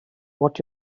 what